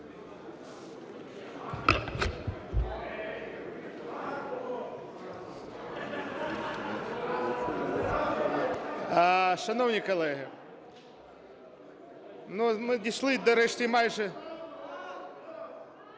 Шановні колеги, ми дійшли до решти майже...